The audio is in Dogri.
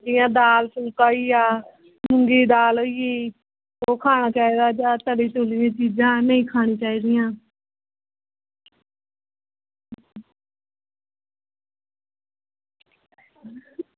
जियां दाल फुल्का होई गेआ मूुगी दी दाल होई ओह् खाना चाहिदा जां तली दियां चीज़ां नेईं खानी चाही दियां